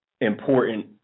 important